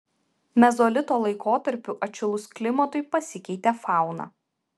mezolito laikotarpiu atšilus klimatui pasikeitė fauna